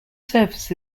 service